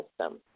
system